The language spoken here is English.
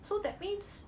so that means